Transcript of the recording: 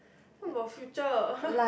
what about future